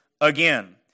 again